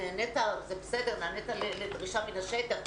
בסדר, נענית לדרישה מן השטח.